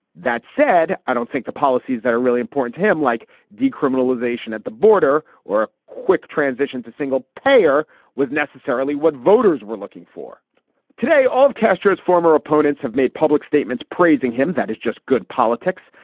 that said, i don't think the policies that are really important to him, like decriminalization at the border or a quick transition to single payer was necessarily what voters were looking for today of castro's former opponents have made public statements praising him. that is just good politics.